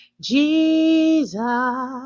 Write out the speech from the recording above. Jesus